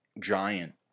giant